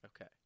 Okay